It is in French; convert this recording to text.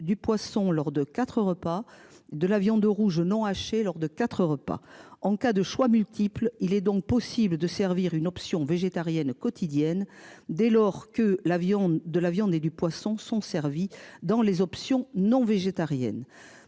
du poisson lors de 4 repas de la viande rouge non hachée lors de 4 repas en cas de choix multiples. Il est donc possible de servir une option végétarienne quotidienne dès lors que l'avion de la viande et du poisson sont servis dans les options non végétarienne